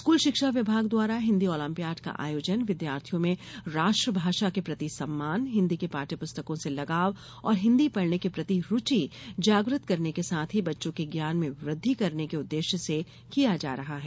school शिक्षा विभाग द्वारा हिन्दी ओलंपियाड का आयोजन विद्यार्थियों में राष्ट्रभाषा के प्रति सम्मान हिन्दी की पाठ्य पुस्तकों से लगाव और हिन्दी पढ़ने के प्रति रूचि जागृत करने के साथ ही बच्चों के ज्ञान में वृद्धि करने के उद्देश्य से किया जा रहा है